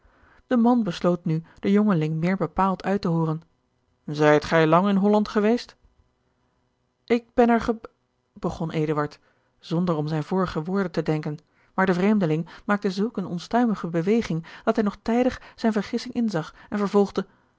de man besloot nu den jongeling meer bepaald uit te hooren zijt gij lang in holland geweest george een ongeluksvogel ik ben er geb begon eduard zonder om zijne vorige woorden te denken maar de vreemdeling maakte zulk eene onstuimige beweging dat hij nog tijdig zijne vergissing inzag en vervolgde